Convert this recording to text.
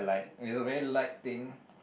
is a very light thing